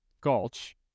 gulch